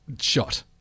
shot